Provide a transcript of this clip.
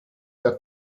der